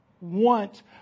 want